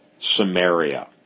Samaria